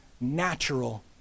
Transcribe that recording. natural